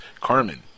Carmen